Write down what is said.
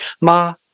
Ma